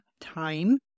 time